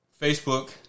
Facebook